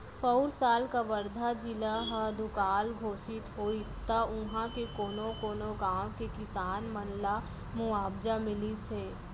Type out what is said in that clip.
पउर साल कवर्धा जिला ह दुकाल घोसित होइस त उहॉं के कोनो कोनो गॉंव के किसान मन ल मुवावजा मिलिस हे